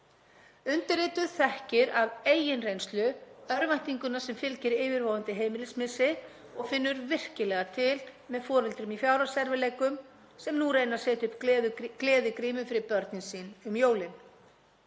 Undirrituð þekkir af eigin reynslu örvæntinguna sem fylgir yfirvofandi heimilismissi og finnur virkilega til með foreldrum í fjárhagserfiðleikum, sem nú reyna að setja upp gleðigrímu fyrir börnin sín um jólin.